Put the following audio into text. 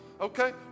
okay